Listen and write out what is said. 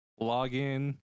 Login